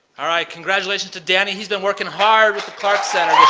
all right. congratulations to danny. he's been working hard with the clark center